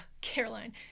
Caroline